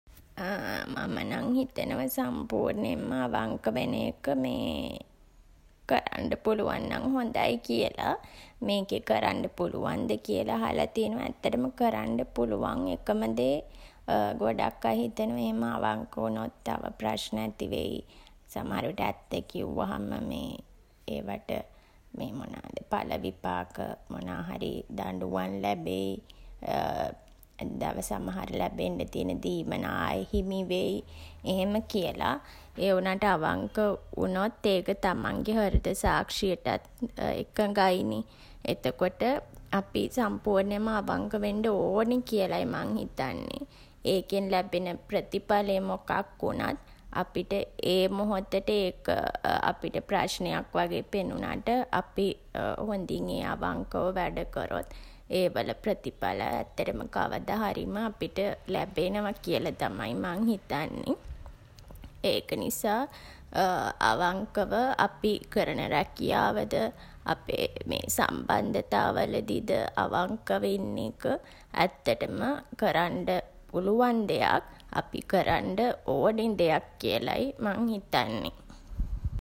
මම නම් හිතනවා සම්පූර්ණයෙන්ම අවංක වෙන එක කරන්න පුළුවන් නම් හොඳයි කියලා. මේකේ කරන්ඩ පුළුවන් ද කියලා අහලා තියනවා. ඇත්තටම කරන්ඩ පුළුවන්. එකම දේ ගොඩක් අය හිතනවා එහෙම අවංක වුණොත් තව ප්‍රශ්න ඇති වෙයි කියලා. සමහර විට ඇත්ත කිව්වහම ඒවාට මොනාද ඵල විපාක මොනාහරි දඬුවම් ලැබෙයි. තව සමහර ලැබෙන්ඩ තියන දීමනා අහිමි වෙයි එහෙම කියලා. ඒ වුණාට අවංක වුණොත් ඒක තමන්ගෙ හෘද සාක්ෂියටත් එකඟයි නේ. එතකොට අපි සම්පූර්ණයෙන්ම අවංක වෙන්ඩ ඕනෙ කියලයි මං හිතන්නේ. ඒකෙන් ලැබෙන ප්‍රතිඵලය මොකක් වුණත් අපිට ඒ මොහොතට ඒක අපිට ප්‍රශ්නයක් වගේ පෙනුනට අපි හොඳින් ඒ අවංකව වැඩ කරොත් ඒ වල ප්‍රතිඵල ඇත්තටම කවදා හරිම අපිට ලැබෙනවා කියලා තමයි මං හිතන්නේ. ඒක නිසා අවංකව අපි කරන රැකියාවද අපේ සම්බන්ධතා වලදීද අවංකව ඉන්න එක ඇත්තටම කරන්ඩ පුළුවන් දෙයක්. අපි කරන්ඩ ඕනේ දෙයක් කියලයි මං හිතන්නේ.